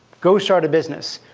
go start a business,